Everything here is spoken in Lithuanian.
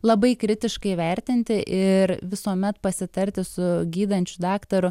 labai kritiškai įvertinti ir visuomet pasitarti su gydančiu daktaru